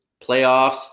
playoffs